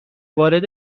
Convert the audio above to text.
وارد